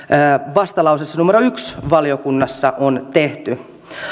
vastalauseessa numero yhdessä valiokunnassa on tehty